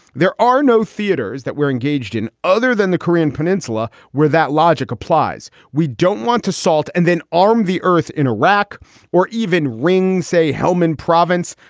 there are no theaters that we're engaged in other than the korean peninsula where that logic applies. we don't want to assault and then arm the earth in iraq or even ring, say, helmand province.